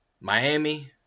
Miami